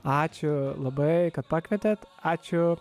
ačiū labai kad pakvietėt ačiū